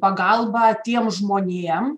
pagalbą tiem žmonėm